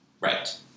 Right